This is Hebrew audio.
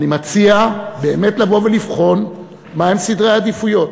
אני מציע באמת לבוא ולבחון מה הם סדרי העדיפויות.